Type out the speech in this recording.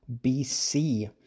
BC